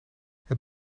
het